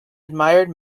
admired